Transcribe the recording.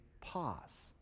pause